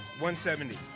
170